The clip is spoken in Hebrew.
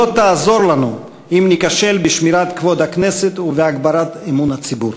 לא תעזור לנו אם ניכשל בשמירת כבוד הכנסת ובהגברת אמון הציבור.